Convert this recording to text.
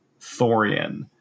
Thorian